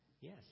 Yes